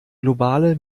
globale